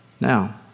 Now